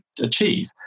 achieve